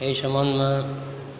एहि सम्बन्धमे